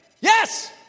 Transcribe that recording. Yes